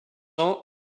ans